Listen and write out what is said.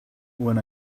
when